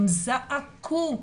הם זעקו!